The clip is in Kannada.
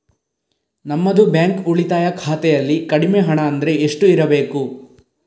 ನಮ್ಮದು ಬ್ಯಾಂಕ್ ಉಳಿತಾಯ ಖಾತೆಯಲ್ಲಿ ಕಡಿಮೆ ಹಣ ಅಂದ್ರೆ ಎಷ್ಟು ಇರಬೇಕು?